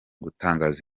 gutangaza